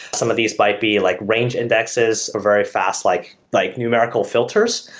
some of these might be like range indexes, or very fast like like numerical filters.